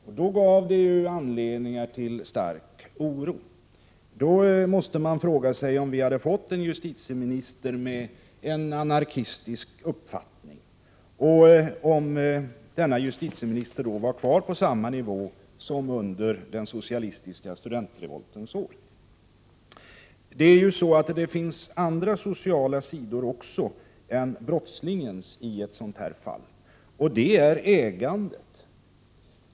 Detta gav anledning till stark oro. Man måste fråga sig om vi hade fått en justitieminister med en anarkistisk uppfattning och om denna justitieminister var kvar på samma nivå som under den socialistiska studentrevoltens år. Det finns också andra sociala sidor än brottslingens i ett sådant här fall, och det gäller ägandet.